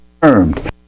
confirmed